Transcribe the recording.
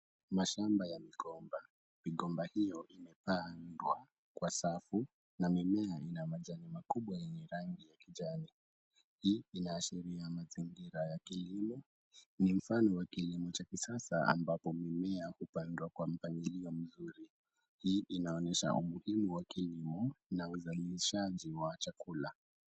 Mashamba ya migomba, migomba hiyo imepandwa kwa safu na mimea ina majani makubwa yenye rangi ya kijani. Hii inaashiria mazingira ya kilimo yenye mfano wa kilimo cha kisasa ambapo mimea hupandwa kwa mpangilio mzuri. Hii inaonesha umuhimu wa kilimo na uzalishaji wa chakula.